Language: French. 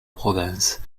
province